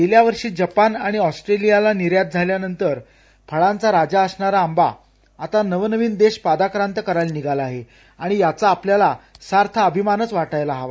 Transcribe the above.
गेल्या वर्षी जपान आणि ऑस्ट्रेलियाला निर्यात झाल्यानंतर फळांचा राजा असलेला आंबा आता नवनवीन देश पादाक्रांत करायला निघाला आहे आणि त्याचा आपल्याला सार्थ अभिमानच वाटायला हवा